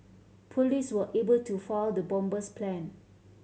police were able to foil the bomber's plan